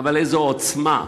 אבל איזו עוצמה,